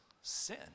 sin